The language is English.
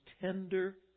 tender